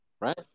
Right